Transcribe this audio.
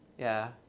yeah.